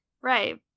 Right